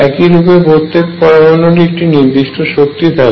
একই রূপে প্রত্যেক পরমাণুরই একটি নির্দিষ্ট শক্তি থাকে